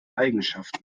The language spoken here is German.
eigenschaften